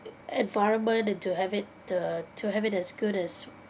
environment and to have it the to have it as good as